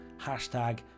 Hashtag